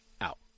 out